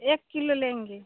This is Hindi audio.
एक किलो लेंगे